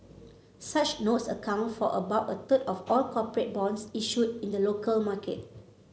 such notes account for about a third of all corporate bonds issued in the local market